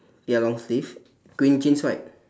ya long sleeve green jeans right